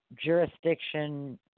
jurisdiction